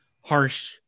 harsh